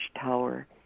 tower